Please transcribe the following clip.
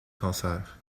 concert